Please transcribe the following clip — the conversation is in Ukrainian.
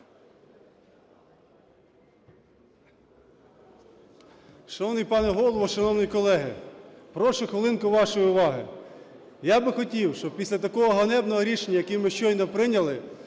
Шановний пане Голово, шановні колеги! Прошу хвилинку вашої уваги. Я би хотів, щоб після такого ганебного рішення, яке ми щойно прийняли,